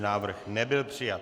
Návrh nebyl přijat.